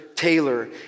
Taylor